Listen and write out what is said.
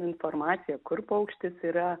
informaciją kur paukštis yra